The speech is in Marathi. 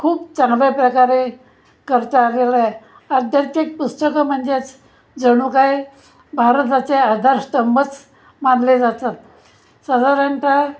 खूप चांगल्या प्रकारे करत आलेला आहे अध्यात्मिक पुस्तकं म्हणजेच जणू काय भारताचे आधारस्तंभच मानले जातात साधारणत